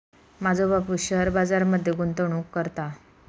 माझो बापूस शेअर बाजार मध्ये गुंतवणूक करता